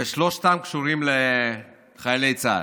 ושלושתם קשורים לחיילי צה"ל.